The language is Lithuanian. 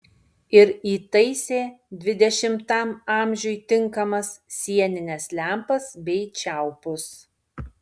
ir įtaisė dvidešimtam amžiui tinkamas sienines lempas bei čiaupus